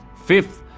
fifth,